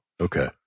Okay